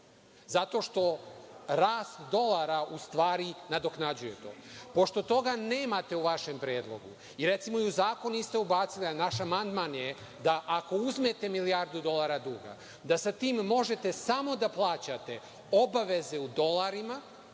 zato što rast dolara u stvari nadoknađuje to. Pošto toga nemate u vašem predlogu, recimo ni u zakon niste ubacili, a naš amandman je da ako uzmete milijardu dolara duga, da sa tim možete samo da plaćate obaveze u dolarima